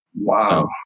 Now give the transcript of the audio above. Wow